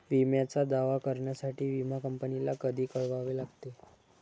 विम्याचा दावा करण्यासाठी विमा कंपनीला कधी कळवावे लागते?